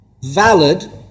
valid